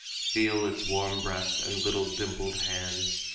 feel its warm breath, and little dimpled hands,